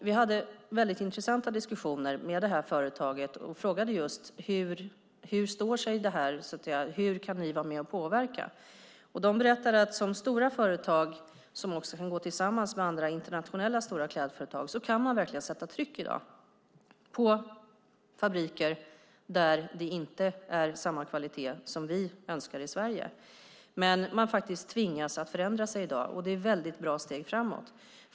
Vi hade väldigt intressanta diskussioner med det här företaget och frågade: Hur står sig detta och hur kan ni vara med och påverka? De berättade att som stora företag som också kan gå tillsammans med andra internationella stora klädföretag kan de verkligen sätta tryck i dag på fabriker där det inte är den kvalitet som vi i Sverige önskar. De tvingas faktiskt att förändra sig i dag. Det är väldigt bra steg framåt.